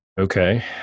Okay